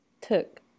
took